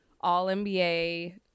All-NBA